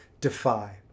defy